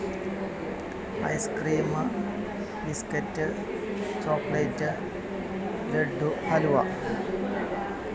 ice cream biscuit chocolate laddu halwa